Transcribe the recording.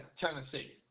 Tennessee